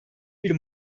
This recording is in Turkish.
bir